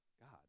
God